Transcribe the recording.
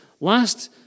Last